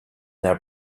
their